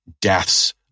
deaths